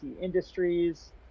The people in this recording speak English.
Industries